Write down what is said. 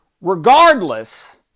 regardless